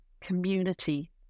community